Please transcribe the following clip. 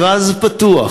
מכרז פתוח.